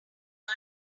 gun